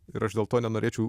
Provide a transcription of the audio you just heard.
ir aš dėl to nenorėčiau